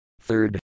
Third